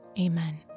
Amen